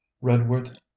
redworth